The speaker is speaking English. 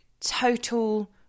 total